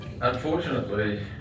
unfortunately